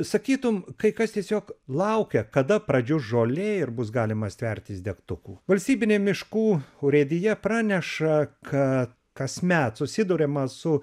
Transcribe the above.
sakytum kai kas tiesiog laukia kada pradžius žolė ir bus galima stvertis degtukų valstybinė miškų urėdija praneša kad kasmet susiduriama su